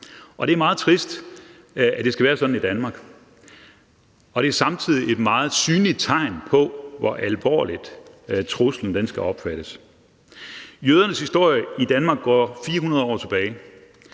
det er meget trist, at det skal være sådan i Danmark, og det er samtidig et meget synligt tegn på, hvor alvorligt truslen skal opfattes. Jødernes historie i Danmark går 400 år tilbage.